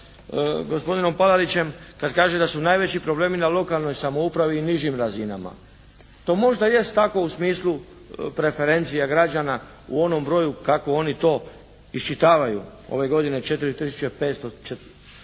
sa gospodinom Palarićem kad kažu da su najveći problemi na lokalnoj samoupravi i nižim razinama. To možda jest tako u smislu preferencija građana u onom broju kako oni to iščitavaju. Ove godine 4